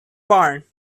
barn